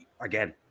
again